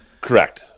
Correct